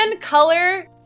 color